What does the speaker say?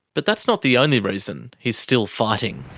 but that's not the only reason he's still fighting.